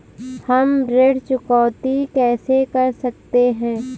हम ऋण चुकौती कैसे कर सकते हैं?